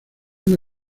una